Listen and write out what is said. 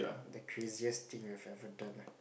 the craziest thing that you have ever done ah